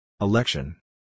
Election